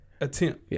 attempt